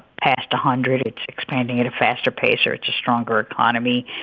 past a hundred, it's expanding at a faster pace, or it's a stronger economy.